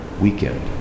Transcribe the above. weekend